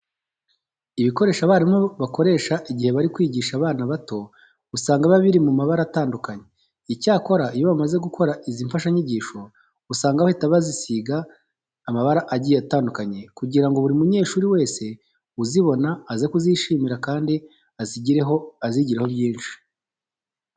Ibikoresho abarimu bakoresha igihe bari kwigisha abana bato usanga biba biri mu mabara atandukanye. Icyakora iyo bamaze gukora izi mfashanyigisho usanga bahita basiziga amabara agiye atandukanye kugira ngo buri munyeshuri wese uzibona aze kuzishimira kandi azigireho byinshi.